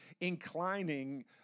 inclining